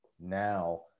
now